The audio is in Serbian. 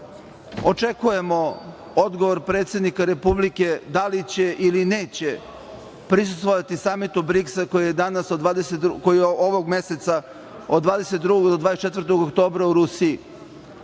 očekujemo odgovor predsednika Republike da li će ili neće prisustvovati samitu BRIKS-a koji je ovog meseca, od 22. do 24. oktobra u Rusiji.